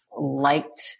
liked